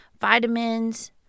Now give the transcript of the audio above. vitamins